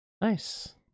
Nice